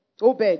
Obed